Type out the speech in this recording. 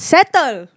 Settle